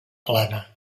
plana